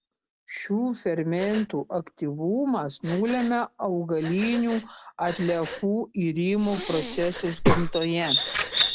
šių fermentų aktyvumas nulemia augalinių atliekų irimo procesus gamtoje